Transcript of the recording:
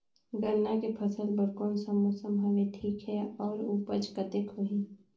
गन्ना के फसल बर कोन सा मौसम हवे ठीक हे अउर ऊपज कतेक होही?